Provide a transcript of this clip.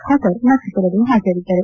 ಖಾದರ್ ಮತ್ತಿತರರು ಹಾಜರಿದ್ದರು